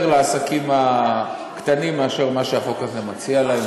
לעסקים הקטנים מאשר מה שהחוק הזה מציע להם,